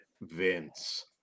Vince